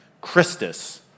Christus